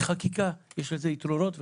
בחקיקה יש לזה יתרונות וחסרונות.